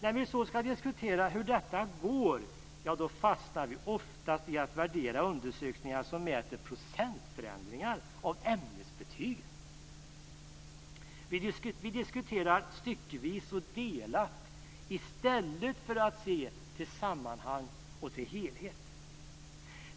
När vi så ska diskutera hur det går fastnar vi oftast i att värdera undersökningar som mäter procentförändringar av ämnesbetygen. Vi diskuterar styckevis och delat i stället för att se till sammanhang och helhet.